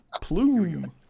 Plume